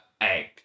egg